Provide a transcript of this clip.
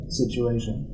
situation